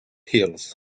hills